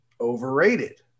overrated